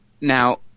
Now